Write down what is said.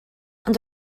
ond